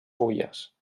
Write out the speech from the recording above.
fulles